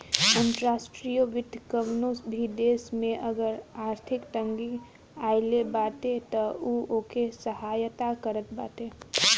अंतर्राष्ट्रीय वित्त कवनो भी देस में अगर आर्थिक तंगी आगईल बाटे तअ उ ओके सहायता करत बाटे